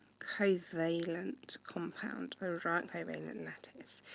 covalent compound, or a giant covalent and and lattice.